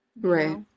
right